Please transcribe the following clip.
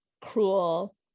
cruel